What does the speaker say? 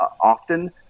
often